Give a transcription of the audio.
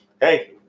Hey